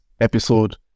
episode